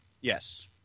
Yes